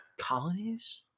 colonies